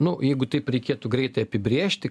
nu jeigu taip reikėtų greitai apibrėžti